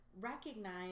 recognize